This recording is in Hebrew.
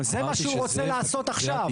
זה מה שהוא רוצה לעשות עכשיו.